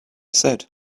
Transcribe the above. said